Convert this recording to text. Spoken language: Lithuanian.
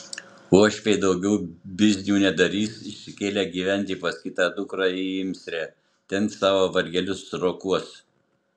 uošviai daugiau biznių nedarys išsikėlė gyventi pas kitą dukrą į imsrę ten savo vargelius rokuos